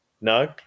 no